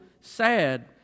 sad